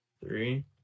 three